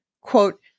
Quote